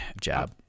job